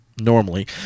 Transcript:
normally